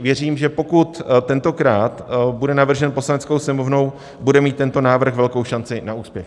Věřím, že pokud tentokrát bude navržen Poslaneckou sněmovnou, bude mít tento návrh velkou šanci na úspěch.